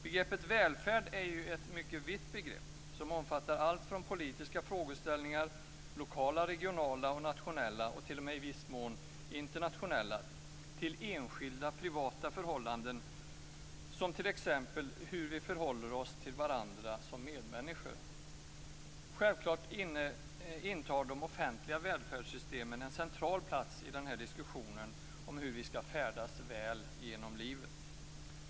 Begreppet välfärd är ett mycket vitt begrepp, som omfattar allt från politiska frågeställningar - lokala, regionala, nationella och t.o.m. i viss mån internationella - till enskilda, privata förhållanden, t.ex. hur vi förhåller oss till varandra som medmänniskor. Självklart intar de offentliga välfärdssystemen en central plats i diskussionen om hur vi skall färdas väl genom livet.